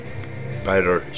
better